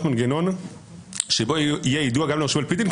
מנגנון שבו יהיה יידוע גם ליורשים על-פי דין,